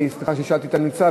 סליחה ששאלתי אם אתה נמצא,